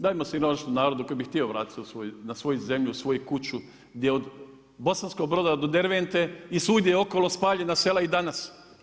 Dajmo siromašnom narodu koji bi htio vratiti na svoju zemlju svoju kuću gdje od Bosanskog Broda do Dervente i svugdje okolo spaljena sela i danas.